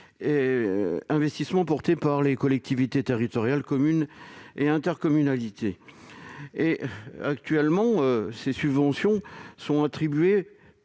l'investissement étant porté par les collectivités territoriales, communes et intercommunalités. Actuellement, ces subventions sont attribuées